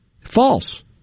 False